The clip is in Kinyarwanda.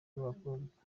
rw’abakobwa